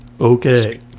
Okay